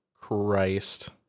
Christ